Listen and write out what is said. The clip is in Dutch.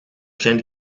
zijn